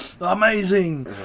Amazing